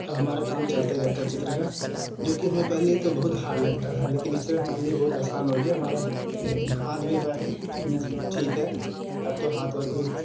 अब हमारा काम चलते रहता चित्र का जो कि पहले तो हमें बहुत हार्ड लगता था लेकिन इस समय हमारे लिए बहुत आसान हो गया हमारा हाथ भी फिनिश ठीक है तब तो हाथ वाथ भी